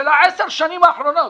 של עשר השנים האחרונות.